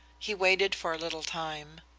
he waited for a little time.